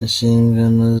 inshingano